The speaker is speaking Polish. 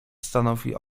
stanowi